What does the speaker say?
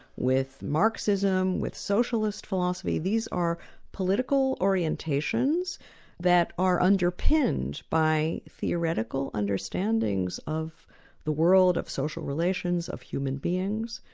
with marxism, with socialist philosophy. these are political orientations that are underpinned by theoretical understandings of the world of social relations of human beings,